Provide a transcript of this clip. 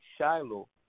Shiloh